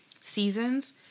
seasons